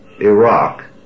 Iraq